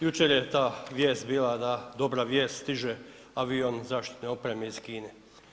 Jučer je ta vijest bila da dobra vijest stiže avion zaštitne opreme iz Kine.